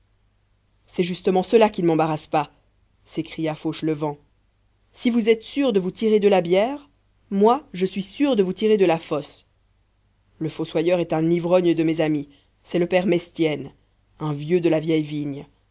c'est justement cela qui ne m'embarrasse pas s'écria fauchelevent si vous êtes sûr de vous tirer de la bière moi je suis sûr de vous tirer de la fosse le fossoyeur est un ivrogne de mes amis c'est le père mestienne un vieux de la vieille vigne